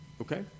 Okay